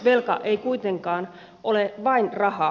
velka ei kuitenkaan ole vain rahaa